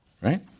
right